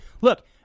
Look